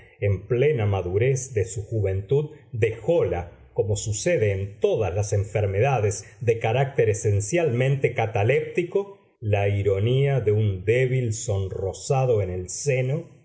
en plena madurez de su juventud dejóla como sucede en todas las enfermedades de carácter esencialmente cataléptico la ironía de un débil sonrosado en el seno